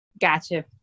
Gotcha